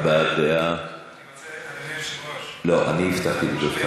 אדוני היושב-ראש, יש שתי ועדות.